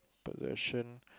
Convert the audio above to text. possession